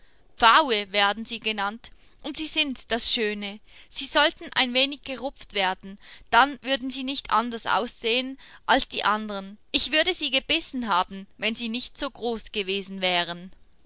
pfaue werden sie genannt und sie sind das schöne sie sollten ein wenig gerupft werden dann würden sie nicht anders aussehen als die andern ich würde sie gebissen haben wenn sie nicht so groß gewesen wären